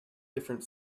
different